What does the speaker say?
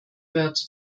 wird